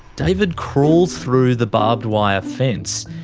david crawls through the barbed wire fence,